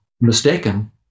mistaken